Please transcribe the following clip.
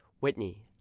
Whitney